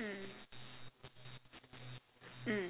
mm mm